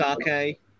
sake